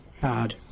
bad